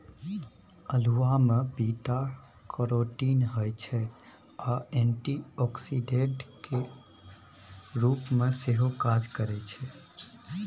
अल्हुआ मे beta carotene होइ छै आ एंटीआक्सीडेंट केर रुप मे सेहो काज करय छै